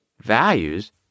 values